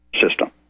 system